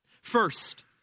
First